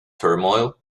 turmoil